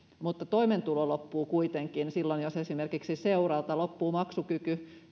mutta toimeentulo loppuu kuitenkin silloin jos esimerkiksi seuralta loppuu maksukyky